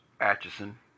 Atchison